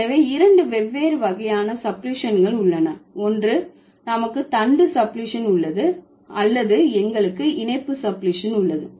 எனவே இரண்டு வெவ்வேறு வகையான சப்ளிஷன்கள் உள்ளன ஒன்று நமக்கு தண்டு சப்ளிஷன் உள்ளது அல்லது எங்களுக்கு இணைப்பு சப்ளிஷன் உள்ளது